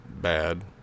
bad